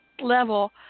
level